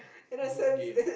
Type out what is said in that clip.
good game